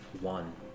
One